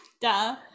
duh